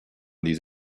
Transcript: these